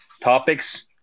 topics